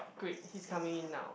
great he's coming in now